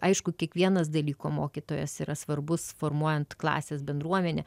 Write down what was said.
aišku kiekvienas dalyko mokytojas yra svarbus formuojant klasės bendruomenę